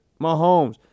Mahomes